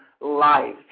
life